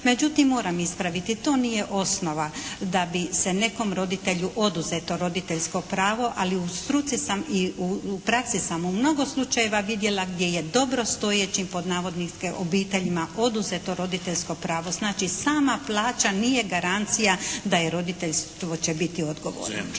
Međutim, moram ispraviti. To nije osnova da bi se nekom roditelju oduzeto roditeljsko pravo ali, u struci sam i u praksi sam u mnogo slučajeva vidjela gdje je "dobro stojećim" obiteljima oduzeto roditeljsko pravo. Znači, sama plaća nije garancija da je, roditeljstvo će biti odgovorno.